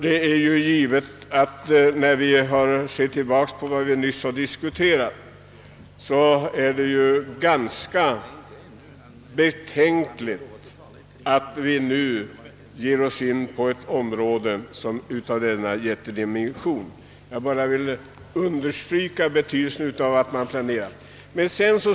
Den fråga det här gäller har jättedimensioner, och man blir onekligen betänksam inför vad man ger sig in på. Jag vill därför än en gång starkt poängtera betydelsen av planering.